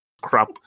crap